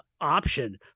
option